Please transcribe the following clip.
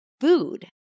food